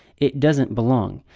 it doesn't belong.